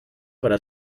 para